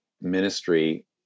ministry